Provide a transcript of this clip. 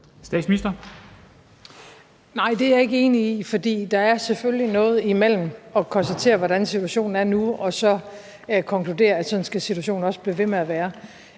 Frederiksen): Nej, det er jeg ikke enig i, for der er selvfølgelig noget imellem at konstatere, hvordan situationen er nu, og så at konkludere, at sådan skal situationen også blive ved med at være.